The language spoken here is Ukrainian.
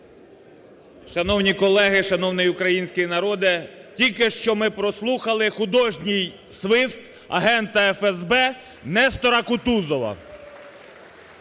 Шановні колеги, шановний український народе! Тільки що ми прослухали художній свист агента ФСБ Нестора Кутузова.